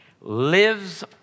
lives